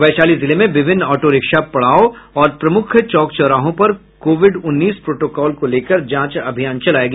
वैशाली जिले में विभिन्न ऑटोरिक्शा पड़ाव और प्रमुख चौक चौराहों पर कोविड उन्नीस प्रोटोकॉल को लेकर जांच अभियान चलाया गया